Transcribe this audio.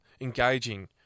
engaging